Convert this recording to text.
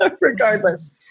regardless